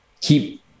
keep